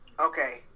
okay